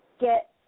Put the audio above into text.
get